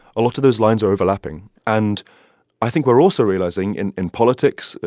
a lot of those lines are overlapping, and i think we're also realizing and in politics,